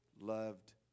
loved